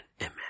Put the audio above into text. amen